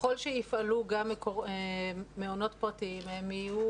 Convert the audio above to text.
שככל שיפעלו גם מעונות פרטיים הם יהיו